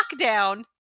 lockdown